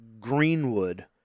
Greenwood